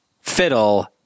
fiddle